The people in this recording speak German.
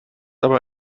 aber